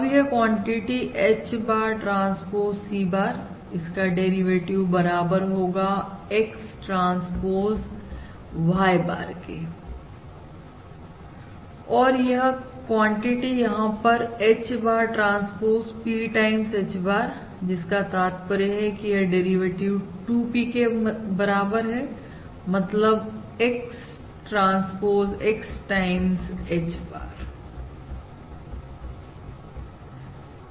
अब यह quantity H bar transpose C bar इसका डेरिवेटिव बराबर होगा X ट्रांसपोज Y bar के और यह क्वांटिटी यहां पर H bar transpose P times H bar जिसका तात्पर्य है कि यह डेरिवेटिव 2P के बराबर है मतलब X transpose X times H bar